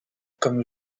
comme